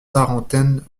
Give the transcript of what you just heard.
tarentaine